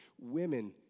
Women